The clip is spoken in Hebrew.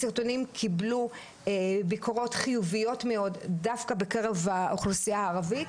הסרטונים קיבלו ביקורות חיוביות מאוד דווקא בקרב האוכלוסייה הערבית.